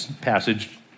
passage